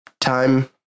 time